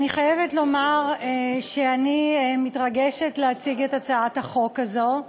אני חייבת לומר שאני מתרגשת להציג את הצעת החוק הזו.